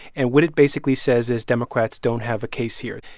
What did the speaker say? and what it basically says is, democrats don't have a case here.